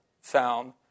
found